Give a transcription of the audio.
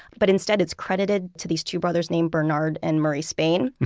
but instead it's credited to these two brothers named bernard and murray spain.